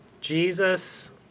Jesus